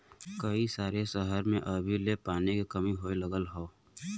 कई सारे सहर में अभी ले पानी के कमी होए लगल हौ